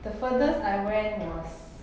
the furthest I went was